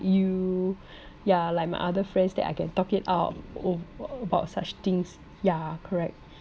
you ya like my other friends that I can talk it out over about such things ya correct